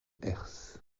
herse